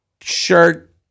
shirt